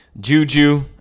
Juju